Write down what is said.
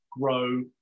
Grow